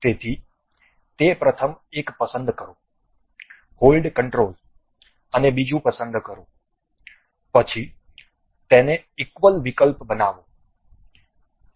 તેથી તે પ્રથમ એક પસંદ કરો હોલ્ડ કંટ્રોલ અને બીજું પસંદ કરો પછી તેને ઇકવલ વિકલ્પ બનાવો